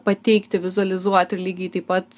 pateikti vizualizuoti ir lygiai taip pat